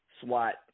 SWAT